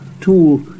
tool